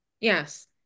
Yes